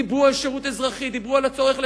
דיברו על שירות אזרחי, דיברו על הצורך לשרת.